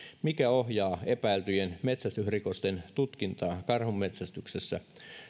mikä ohjaa epäiltyjen metsästysrikosten tutkintaa karhunmetsästyksessä